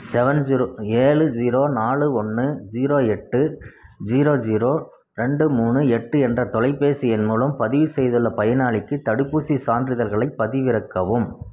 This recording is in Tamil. செவன் ஜீரோ ஏழு ஜீரோ நாலு ஒன்னு ஜீரோ எட்டு ஜீரோ ஜீரோ ரெண்டு மூணு எட்டு என்ற தொலைபேசி எண் மூலம் பதிவு செய்துள்ள பயனாளிக்கு தடுப்பூசிச் சான்றிதழ்களைப் பதிவிறக்கவும்